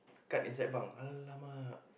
card inside bunk !alamak!